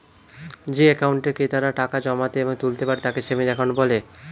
যে অ্যাকাউন্টে ক্রেতারা টাকা জমাতে এবং তুলতে পারে তাকে সেভিংস অ্যাকাউন্ট বলে